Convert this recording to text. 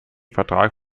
vertrag